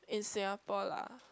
in Singapore lah